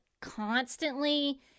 constantly